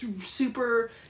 super